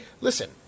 Listen